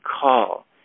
call